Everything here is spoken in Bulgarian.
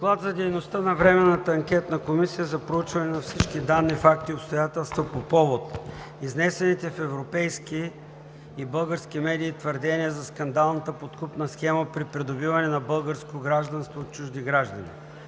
„ДОКЛАД за дейността на Временната анкетна комисия за проучване на всички данни, факти и обстоятелства по повод изнесените в европейски и български медии твърдения за скандалната подкупна схема при придобиване на българско гражданство от чужди граждани